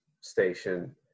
station